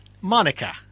Monica